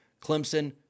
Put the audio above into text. Clemson